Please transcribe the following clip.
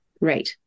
Right